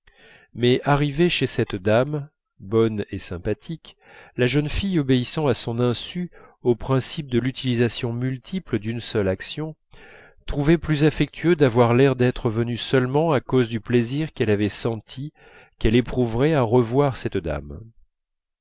mais arrivée chez cette dame bonne et sympathique la jeune fille obéissant à son insu au principe de l'utilisation multiple d'une seule action trouvait plus affectueux d'avoir l'air d'être venue seulement à cause du plaisir qu'elle avait senti qu'elle éprouverait à revoir cette dame